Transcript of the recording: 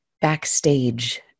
backstage